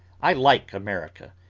i like america.